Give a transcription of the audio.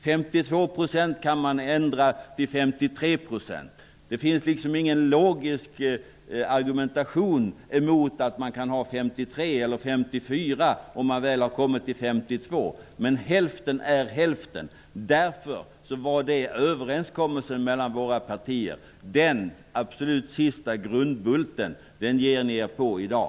52 % kan man ändra till 53 %. Det finns liksom ingen logisk argumentation emot en höjning av marginalskatten till 53 eller 54 %, om den väl ligger på 52 %, men hälften är hälften. Därför var det en överenskommelse mellan våra partier. Den absolut sista grundbulten ger ni er på i dag.